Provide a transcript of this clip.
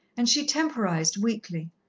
and she temporized weakly.